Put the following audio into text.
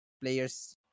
players